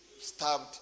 stabbed